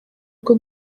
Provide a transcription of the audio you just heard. rwo